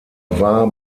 war